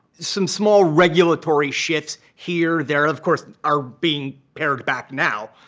some small regulatory shifts here. they're, of course, are being pared back now,